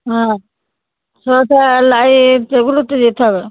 হ্যাঁ সেও তো অ্যাঁ লাইট এগুলো তো দিতে হবে